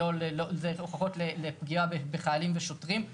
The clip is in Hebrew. הוכחות לפגיעה בחיילים ובשוטרים.